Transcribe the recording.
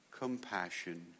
compassion